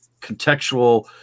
contextual